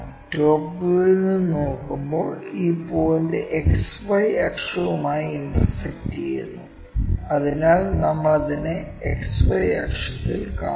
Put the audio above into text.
top വ്യൂവിൽ നിന്ന് നോക്കുമ്പോൾ ഈ പോയിന്റ് XY അക്ഷവുമായി ഇന്റർസെക്ക്ട് ചെയ്യുന്നു അതിനാൽ നമ്മൾ ഇത് XY അക്ഷത്തിൽ കാണും